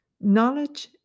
Knowledge